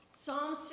Psalm